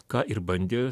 ką ir bandė